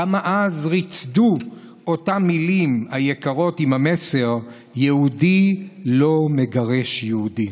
כמה אז ריצדו אותן מילים יקרות עם המסר: יהודי לא מגרש יהודי.